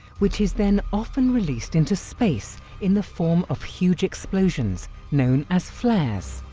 which is then often released into space in the form of huge explosions, known as flares.